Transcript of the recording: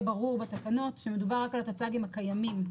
ברור בתקנות שמדובר רק על הטצ"גים הקיימים.